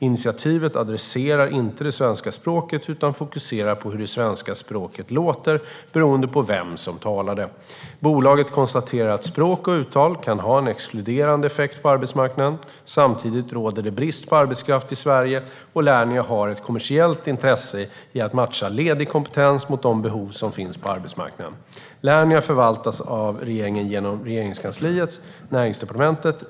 Initiativet adresserar inte det svenska språket utan fokuserar på hur det svenska språket låter beroende på vem som talar det. Bolaget konstaterar att språk och uttal kan ha en exkluderande effekt på arbetsmarknaden. Samtidigt råder det brist på arbetskraft i Sverige, och Lernia har ett kommersiellt intresse av att matcha ledig kompetens mot de behov som finns på arbetsmarknaden. Lernia förvaltas av regeringen genom Regeringskansliet och Näringsdepartementet.